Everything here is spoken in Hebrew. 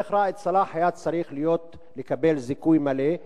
שיח' ראאד סלאח היה צריך לקבל זיכוי מלא,